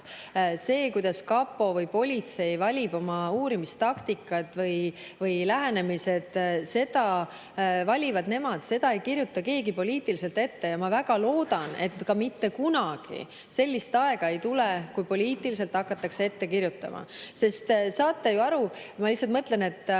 See, kuidas kapo või politsei valib oma uurimistaktikad või lähenemised, seda valivad nemad. Seda ei kirjuta keegi poliitiliselt ette ja ma väga loodan, et mitte kunagi sellist aega ei tule, kui poliitiliselt hakatakse ette kirjutama. Sest saate ju aru, ma lihtsalt mõtlen, et